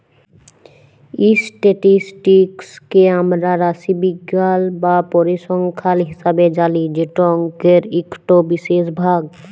statistics কে আমরা রাশিবিজ্ঞাল বা পরিসংখ্যাল হিসাবে জালি যেট অংকের ইকট বিশেষ ভাগ